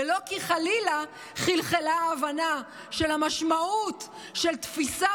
ולא כי חלילה חלחלה ההבנה של המשמעות של תפיסה